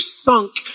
sunk